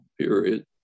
period